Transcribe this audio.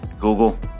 Google